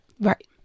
Right